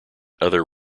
other